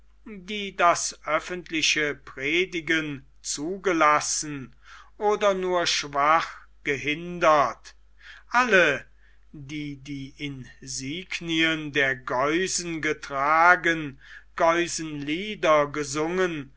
die das öffentliche predigen zugelassen oder nur schwach gehindert alle die die insignien der geusen getragen geusenlieder gesungen